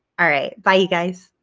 all right! bye you guys.